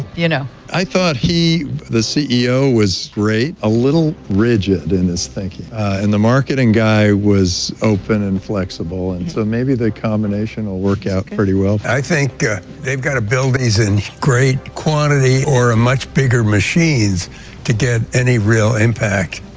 you know. i thought he, the ceo, was great. a little rigid in his thinking. and the marketing guy was open and flexible, and so maybe the combination will work out pretty well. i think they've got to build these in great quantity or in much bigger machines to get any real impact.